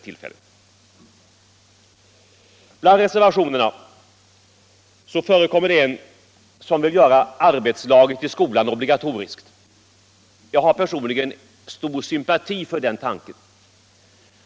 Bland reservationerna finns det en som vill göra arbetslaget i skolan obligatoriskt. Jag har personligen stor sympati för den tanken.